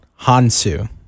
Hansu